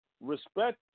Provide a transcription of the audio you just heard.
respect